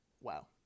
Wow